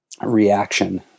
reaction